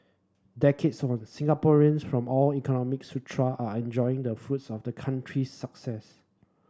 decades on the Singaporeans from all economic are enjoying the fruits of the country's success